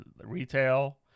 retail